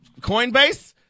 Coinbase